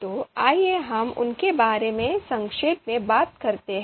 तो आइए हम उनके बारे में संक्षेप में बात करते हैं